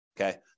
okay